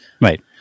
Right